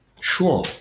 Sure